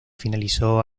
finalizó